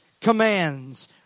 commands